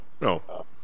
no